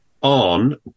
on